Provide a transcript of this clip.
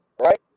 right